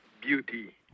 beauty